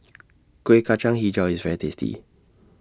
Kuih Kacang Hijau IS very tasty